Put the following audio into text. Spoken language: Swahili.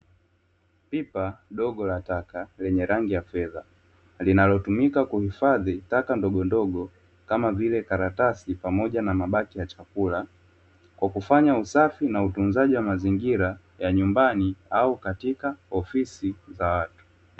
Pipa dogo la taka lenye rangi fedha, linalotumika kuhifadhi taka ndogo ndogo kama vile karatasi pamoja na mabaki ya chakula, kwa kufanya usafi na utunzaji wa mazingira ya nyumbani au katika ofisi za watu.